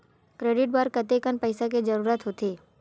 Credit बर कतेकन पईसा के जरूरत होथे?